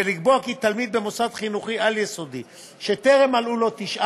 ולקבוע כי תלמיד במוסד חינוכי על-יסודי שטרם מלאו לו 19